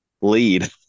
lead